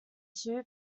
two